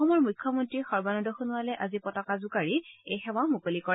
অসমৰ মুখ্যমন্ত্ৰী সৰ্বানন্দ সোণোৱালে আজি পতাকা জোকাৰি এই সেৱা মুকলি কৰে